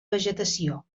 vegetació